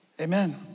Amen